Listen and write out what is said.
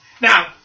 Now